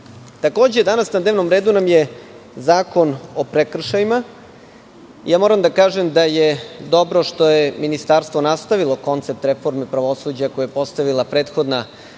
nagađamo. Danas na dnevnom redu nam je i Zakon o prekršajima. Moram da kažem da je dobro što je Ministarstvo nastavilo koncept reforme pravosuđa koju je postavila prethodna